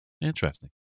Interesting